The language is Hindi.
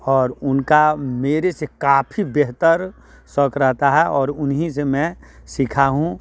और उनका मेरे से काफ़ी बेहतर शौक रहता है और उन्हीं से मैं सीखा हूँ